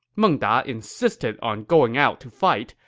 meng da insisted on going out to fight,